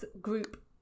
group